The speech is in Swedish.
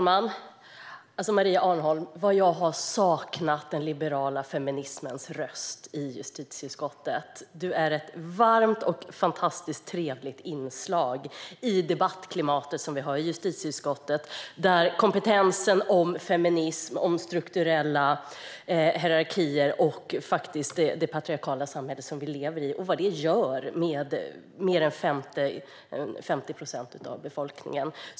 Herr talman! Vad jag har saknat den liberala feminismens röst i justitieutskottet, Maria Arnholm. Du är ett varmt och fantastiskt trevligt inslag i det debattklimat som vi har i justitieutskottet. Det handlar om kompetens i fråga om feminism, om strukturella hierarkier och faktiskt om det patriarkala samhälle som vi lever i och vad det gör med mer än 50 procent av befolkningen.